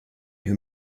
who